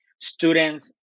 students